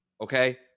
Okay